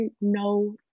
no